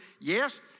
yes